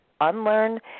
unlearn